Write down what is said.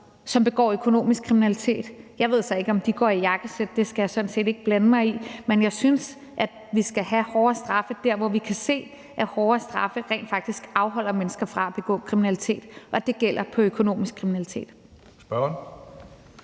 som begår økonomisk kriminalitet. Jeg ved så ikke, om de går i jakkesæt – det skal jeg sådan set ikke blande mig i – men jeg synes, at vi skal have hårdere straffe der, hvor vi kan se, at hårdere straffe rent faktisk afholder mennesker fra at begå kriminalitet, og det gælder økonomisk kriminalitet.